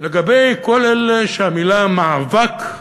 לגבי כל אלה שהמילה מאבק,